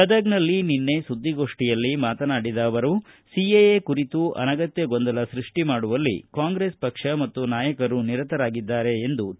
ಗದಗನಲ್ಲಿ ನಿನ್ನ ಸುದ್ಲಿಗೋಷ್ಠಿಯಲ್ಲಿ ಮಾತನಾಡಿದ ಅವರು ಸಿಎಎ ಕುರಿತು ಅನಗತ್ಯ ಗೊಂದಲ ಸೃಷ್ಟಿ ಮಾಡುವಲ್ಲಿ ಕಾಂಗ್ರೆಸ್ ಪಕ್ಷ ಮತ್ತು ನಾಯಕರು ನಿರತರಾಗಿದ್ದಾರೆ ಎಂದರು